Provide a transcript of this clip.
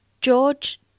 George